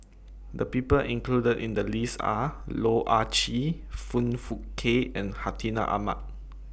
The People included in The list Are Loh Ah Chee Foong Fook Kay and Hartinah Ahmad